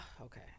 okay